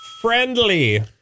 friendly